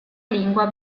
lingua